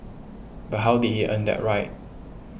but how did he earn that right